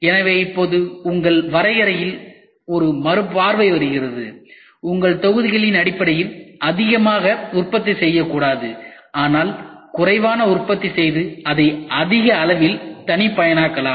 எனவே இப்போது உங்கள் வரையறையில் ஒரு மறுபார்வை வருகிறது நாங்கள் தொகுதிகளின் அடிப்படையில் அதிகமாக உற்பத்தி செய்யக்கூடாது ஆனால் குறைவாக உற்பத்தி செய்து அதை அதிக அளவில் தனிப்பயனாக்கலாம்